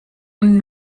und